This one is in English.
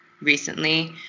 recently